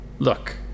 Look